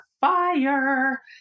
fire